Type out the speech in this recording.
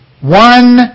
One